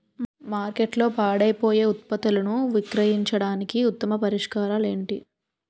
మార్కెట్లో పాడైపోయే ఉత్పత్తులను విక్రయించడానికి ఉత్తమ పరిష్కారాలు ఏంటి?